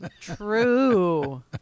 True